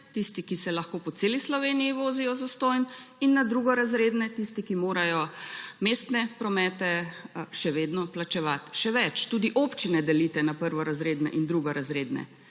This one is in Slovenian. tiste, ki se lahko po celi Sloveniji vozijo zastonj, in na drugorazredne, tiste, ki morajo mestne promete še vedno plačevati. Še več, tudi občine delite na prvorazredne in drugorazredne,